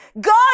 God